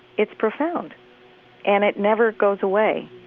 it's profound and it never goes away